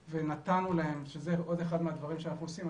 ונתנו להם זה עוד אחד מהדברים שאנחנו עושים,